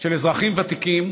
של אזרחים ותיקים,